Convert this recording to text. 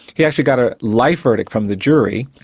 he actually got a life verdict from the jury,